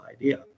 idea